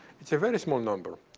it's a very small number.